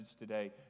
today